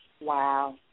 Wow